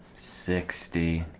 sixty